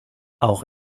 auch